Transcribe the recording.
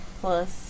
Plus